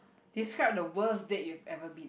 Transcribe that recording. describe the worst date you've ever been